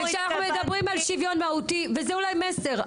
וכשאנחנו מדברים על שוויון מהותי וזה אולי מסר,